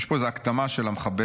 יש פה איזה הקדמה של המחבר.